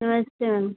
नमस्ते मैम